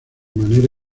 manera